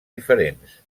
diferents